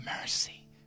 mercy